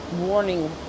warning